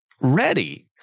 ready